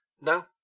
No